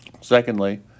Secondly